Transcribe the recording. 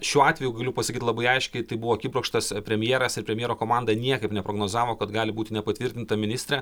šiuo atveju galiu pasakyt labai aiškiai tai buvo akibrokštas premjeras ir premjero komanda niekaip neprognozavo kad gali būti nepatvirtinta ministrė